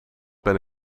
ben